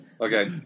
Okay